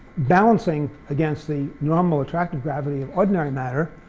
balancing against the normal attractive gravity of ordinary matter,